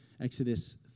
Exodus